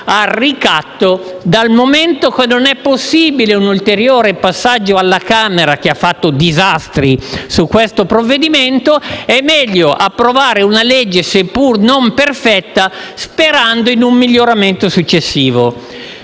al ricatto: dal momento che non è possibile un ulteriore passaggio alla Camera (che ha fatto disastri su questo provvedimento), è meglio approvare una legge sia pur non perfetta, sperando in un miglioramento successivo.